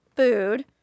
Food